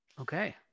Okay